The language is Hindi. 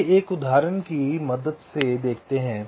आइए एक उदाहरण की मदद से देखते हैं